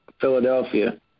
Philadelphia